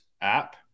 app